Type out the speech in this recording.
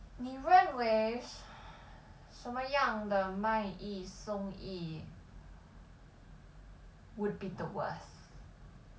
你认为什么样的买一送一 would be the worst